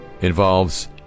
involves